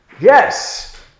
Yes